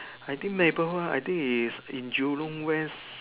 I think neighbourhood ah I think is in Jurong west